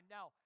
Now